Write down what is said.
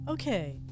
Okay